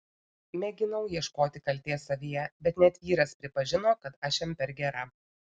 mėginau ieškoti kaltės savyje bet net vyras pripažino kad aš jam per gera